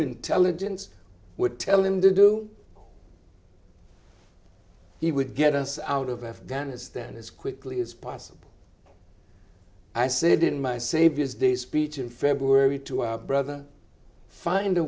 intelligence would tell him to do he would get us out of afghanistan as quickly as possible i said in my savior's the speech in february to our brother find a